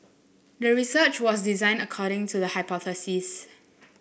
the research was designed according to the hypothesis